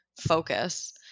focus